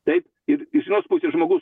taip ir iš vienos pusės žmogus